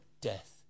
death